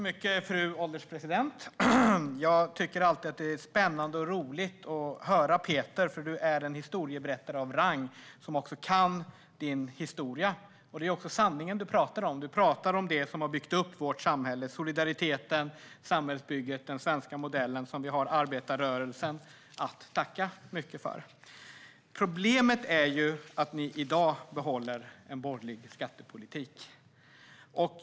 Fru ålderspresident! Jag tycker alltid att det är spännande och roligt att höra på dig Peter, eftersom du är en historieberättare av rang som också kan din historia. Det är också sanningen du talar om. Du talar om det som har byggt upp vårt samhälle - solidariteten och den svenska modellen - och som vi till stor del har arbetarrörelsen att tacka för. Problemet är att ni i dag behåller en borgerlig skattepolitik.